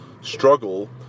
struggle